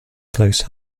close